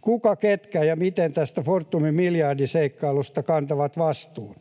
Kuka, ketkä ja miten tästä Fortumin miljardiseikkailusta kantavat vastuun?